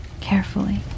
Carefully